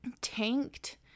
tanked